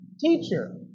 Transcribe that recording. teacher